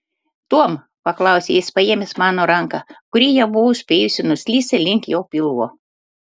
tuom paklausė jis paėmęs mano ranką kuri jau buvo spėjusi nuslysti link jo pilvo